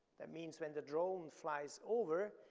that means when the drone flies over,